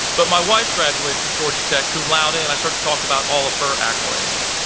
but my wife graduated from georgia tech cum laude. and i start to talk about all of her accolades.